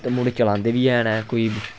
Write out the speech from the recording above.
ते मुड़े चलांदे बी हैन कोई